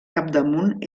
capdamunt